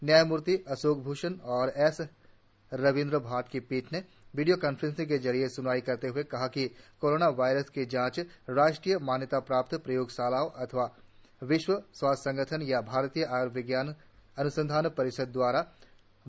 न्यायमूर्ति अशोक भूषण और एस रविंद्र भाट की पीठ ने वीडियो कॉन्फ्रेंसिंग के ज़रिए स्नवाई करते हए कहा कि कोरोना वायरस की जांच राष्ट्रीय मान्यता प्राप्त प्रयोगशालाओं अथवा विश्व स्वास्थ्य संगठन या भारतीय आय्र्विज्ञान अन्संधान परिषद दवारा अन्मोदित एजेंसियों में की जानी चाहिए